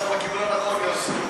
אנחנו בכיוון הנכון, יוסי.